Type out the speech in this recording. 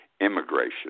immigration